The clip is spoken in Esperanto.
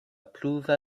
pluva